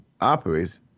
operates